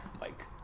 Mike